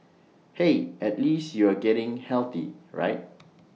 hey at least you are getting healthy right